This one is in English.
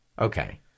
Okay